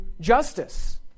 justice